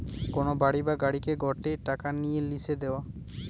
কোন বাড়ি বা গাড়িকে গটে টাকা নিয়ে লিসে দেওয়া